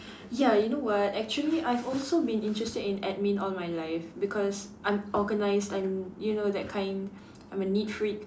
ya you know what actually I've also been interested in admin all my life because I'm organised I'm you know that kind I'm a neat freak